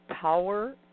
power